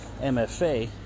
MFA